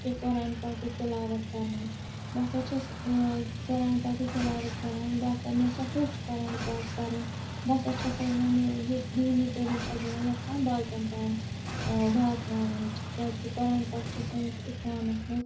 کہِ قۄرانِ پاکٕچ تلاوت کَرنٕچ بہٕ ہَسا چھیٚس ٲں قۄرانِ پاکٕچ تلاوت کَران بہٕ ہَسا مےٚ ہَسا ہیٛوچھ قۄرانِ پاک پَرُن بہٕ ہَسا چھیٚس اَکھ وۄنۍ یہِ یہِ دیٖنی تعلیٖم چھیٚس بہٕ وۄنۍ یَژھان باقیَن تانۍ ٲں واتناونٕچ کیٛازکہِ قۄرانِ پاک چھُ سٲنِس اِسلامَس مَنٛز